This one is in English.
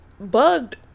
bugged